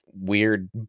weird